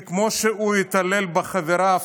כי כמו שהוא התעלל בחבריו